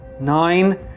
Nine